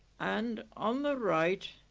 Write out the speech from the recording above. and, on the right,